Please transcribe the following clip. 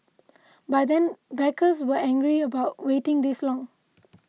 by then backers were angry about waiting this long